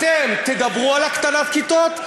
אתם תדברו על הקטנת כיתות,